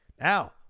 Now